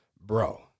bro